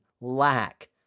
lack